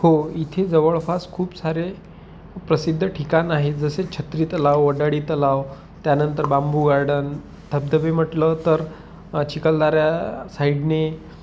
हो इथे जवळपास खूप सारे प्रसिद्ध ठिकाण आहे जसे छत्री तलाव वडाडी तलाव त्यानंतर बांबू गार्डन धबधबे म्हटलं तर चिखलदरा साईडने